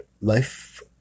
life